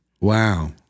Wow